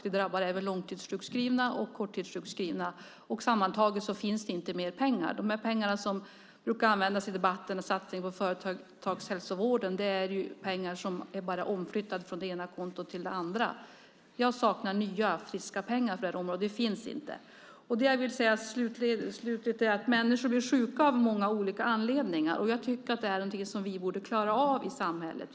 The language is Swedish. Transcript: Det drabbar även långtidssjukskrivna och korttidssjukskrivna. Sammantaget finns det inte mer pengar. De pengar som brukar användas i debatten som satsning på företagshälsovården är pengar som är omflyttade från det ena kontot till det andra. Jag saknar nya friska pengar på det här området. De finns inte. Människor blir sjuka av många olika anledningar. Jag tycker att det är något som vi borde klara av i samhället.